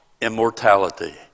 immortality